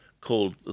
called